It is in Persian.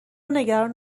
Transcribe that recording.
نگران